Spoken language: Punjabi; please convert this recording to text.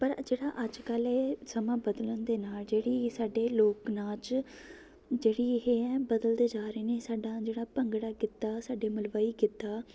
ਪਰ ਅ ਜਿਹੜਾ ਅੱਜ ਕੱਲ੍ਹ ਹੈ ਇਹ ਸਮਾਂ ਬਦਲਣ ਦੇ ਨਾਲ਼ ਜਿਹੜੀ ਸਾਡੇ ਲੋਕ ਨਾਚ ਜਿਹੜੀ ਇਹ ਹੈ ਬਦਲਦੇ ਜਾ ਰਹੇ ਨੇ ਸਾਡਾ ਜਿਹੜਾ ਭੰਗੜਾ ਗਿੱਧਾ ਸਾਡੇ ਮਲਵਈ ਗਿੱਧਾ